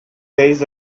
days